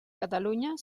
catalunya